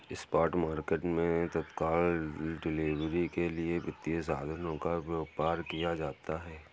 spot market मैं तत्काल delivery के लिए वित्तीय साधनों का व्यापार किया जाता है